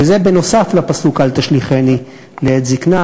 וזה נוסף על הפסוק "אל תשליכני לעת זיקנה",